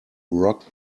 rock